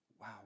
Wow